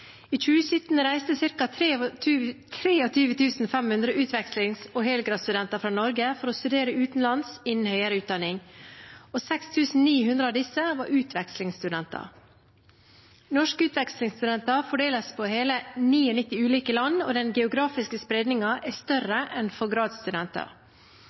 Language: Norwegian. I 2017 reiste ca. 23 500 utvekslings- og helgradsstudenter fra Norge for å studere utenlands innen høyere utdanning. 6 900 av disse var utvekslingsstudenter. Norske utvekslingsstudenter fordeles på hele 99 ulike land, og den geografiske spredningen er